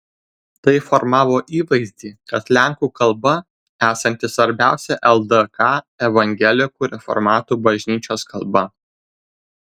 tai formavo įvaizdį kad lenkų kalba esanti svarbiausia ldk evangelikų reformatų bažnyčios kalba